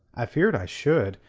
i feared i should.